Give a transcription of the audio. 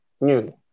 new